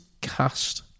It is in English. cast